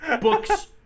books